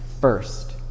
first